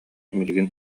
билигин